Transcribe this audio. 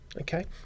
okay